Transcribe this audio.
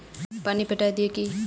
पानी पटाय दिये की?